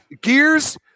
gears